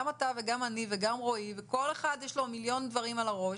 גם אתה וגם אני וגם רועי ולכל אחד יש מיליון דברים על הראש